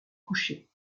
couchée